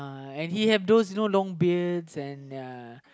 and he have those you know long beard and ya